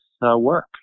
work